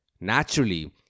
Naturally